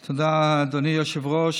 תודה, אדוני היושב-ראש.